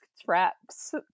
traps